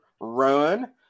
Run